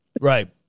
Right